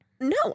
No